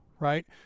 right